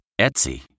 Etsy